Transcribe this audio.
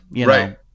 Right